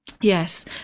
yes